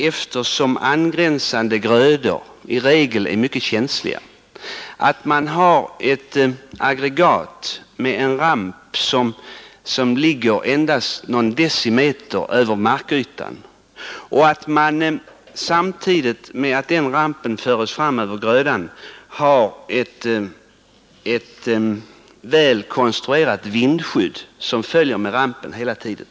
Eftersom angränsande grödor i regel är mycket känsliga har man ett aggregat med en ramp som ligger endast någon decimeter över markytan, och när rampen förs fram över grödan följer ett väl konstruerat vindskydd med rampen hela tiden.